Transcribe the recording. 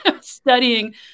studying